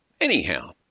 Anyhow